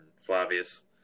Flavius